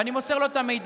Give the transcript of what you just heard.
ואני מוסר לו את המידע.